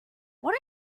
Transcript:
what